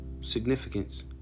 significance